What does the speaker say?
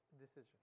decision